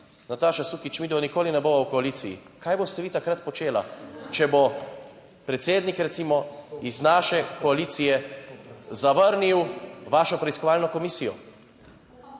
Nataša Sukič, midva nikoli ne bova v koaliciji. Kaj boste vi takrat počela, če bo predsednik, recimo, iz naše koalicije zavrnil vašo preiskovalno komisijo?